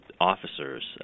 officers